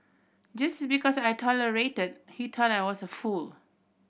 just because I tolerated he thought I was a fool